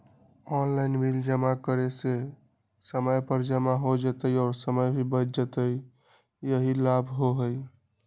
Online bill जमा करे से समय पर जमा हो जतई और समय भी बच जाहई यही लाभ होहई?